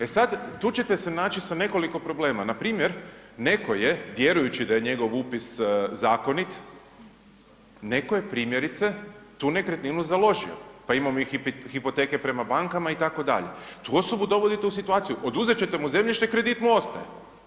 E sad, tu ćete se naći sa nekoliko problema, npr. netko je vjerujući da je njegov upis zakonit, netko je primjerice tu nekretninu založio, pa imamo i hipoteke prema bankama itd. tu osobu dovodite u situaciju oduzet ćete mu zemljište, kredit mu ostaje.